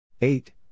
Eight